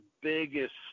biggest